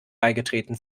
beigetreten